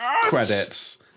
credits